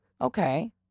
Okay